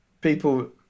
people